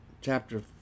Chapter